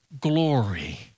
glory